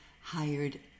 hired